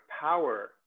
power